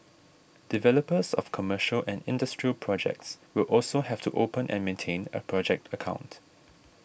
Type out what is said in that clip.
developers of commercial and industrial projects will also have to open and maintain a project account